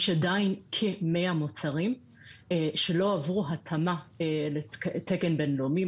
יש עדיין כ-100 מוצרים שלא עברו התאמת תקן בינלאומי,